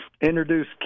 introduce